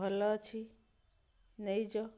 ଭଲ ଅଛି ନେଇ ଯାଅ